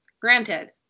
granted